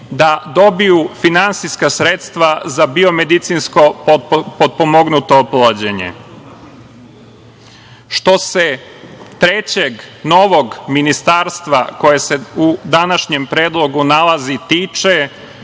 da dobiju finansijska sredstva za biomedicinsko potpomognuto oplođenje. Što se trećeg novog ministarstva u današnjem predlogu nalazi tiče,